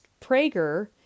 Prager